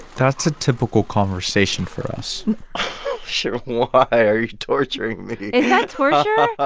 that's a typical conversation for us shereen, why are you torturing me? is that torture?